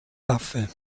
waffe